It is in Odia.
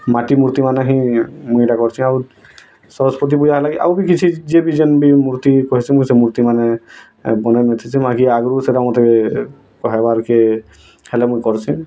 ମାଟି ମୂର୍ତ୍ତିମାନ ହିଁ ମୁଁ ଏଇଟା କରିଛି ଆଉ ସରସ୍ୱତୀ ପୂଜା ଲାଗି ଆଉ କିଛି ଯିଏ ବି ଯେମ୍ତି ମୂର୍ତ୍ତି କହିସି ମୁଁ ସେ ମୂର୍ତ୍ତିମାନେ ମନରେ ଲୁଚିଛି ମୋ ଆଖି ଆଗରୁ ସେଇଟା ମୋତେ କହିବାରକେ ହେଲେ ମୁଁ କରୁସି